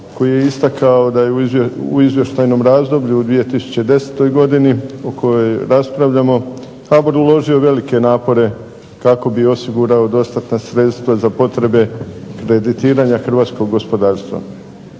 koji je istakao da je u izvještajnom razdoblju u 2010. godini o kojoj raspravljamo HBOR uložio velike napore kako bi osigurao dostatna sredstva za potrebe kreditiranja hrvatskog gospodarstva.